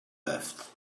left